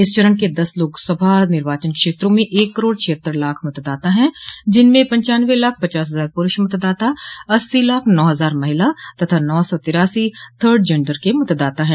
इस चरण के दस लोकसभा निर्वाचन क्षेत्रों में एक करोड़ छिहत्तर लाख मतदाता है जिनमें पंचानवें लाख पचास हजार पुरूष मतदाता अस्सी लाख नौ हजार महिला तथा नौ सौ तिरासी थर्ड जेंडर के मतदाता है